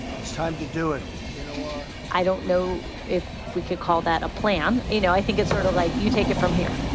it's time to do it you know, or i don't know if we could call that a plan. you know, i think it's sort of like you take it from here.